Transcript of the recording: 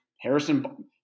Harrison –